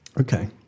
Okay